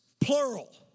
plural